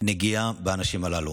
נגיעה באנשים הללו: